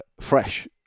fresh